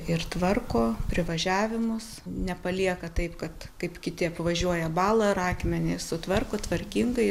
ir tvarko privažiavimus nepalieka taip kad kaip kiti apvažiuoja balą ar akmenį sutvarko tvarkingai